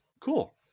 Cool